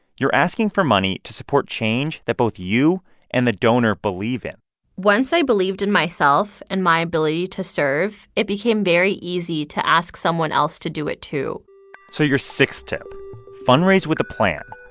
you're asking for money to support change that both you and the donor believe in once i believed in myself and my ability to serve, it became very easy to ask someone else to do it too so your sixth tip fundraise with a plan.